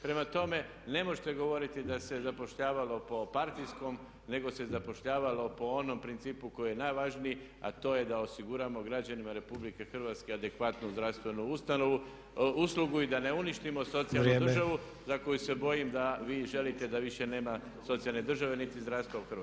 Prema tome, ne možete govoriti da se zapošljavalo po partijskom nego se zapošljavalo po onom principu koji je najvažniji, a to je da osiguramo građanima Republike Hrvatske adekvatnu zdravstvenu uslugu i da ne uništimo socijalnu državu za koju se bojim da vi želite da više nema socijalne države niti zdravstva u Hrvatskoj.